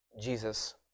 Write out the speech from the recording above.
Jesus